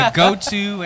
go-to